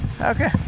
Okay